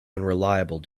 unreliable